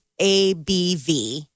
ABV